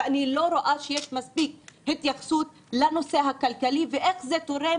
ואני לא רואה שיש מספיק התייחסות לנושא הכלכלי ואיך זה גורם